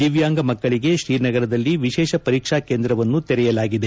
ದಿವ್ಯಾಂಗ ಮಕ್ಕಳಿಗೆ ಶ್ರೀನಗರದಲ್ಲಿ ವಿಶೇಷ ಪರೀಕ್ಷಾ ಕೇಂದ್ರವನ್ನು ತೆರೆಯಲಾಗಿದೆ